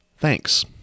Thanks